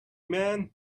man